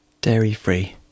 Dairy-free